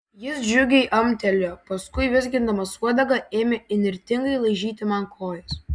jis džiugiai amtelėjo paskui vizgindamas uodegą ėmė įnirtingai laižyti man kojas